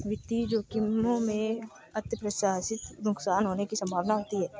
वित्तीय जोखिमों में अप्रत्याशित नुकसान होने की संभावना होती है